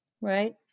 Right